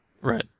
Right